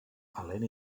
elena